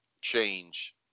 change